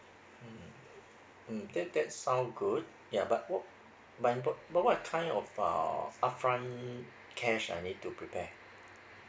mm mm that that sound good ya but what but but what kind of uh up front cash I need to prepare